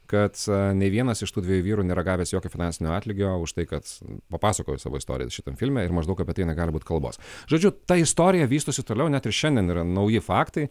kad nei vienas iš tų dviejų vyrų nėra gavęs jokio finansinio atlygio už tai kad papasakojo savo istorijas šitam filme ir maždaug apie tai negali būt kalbos žodžiu ta istorija vystosi toliau net ir šiandien yra nauji faktai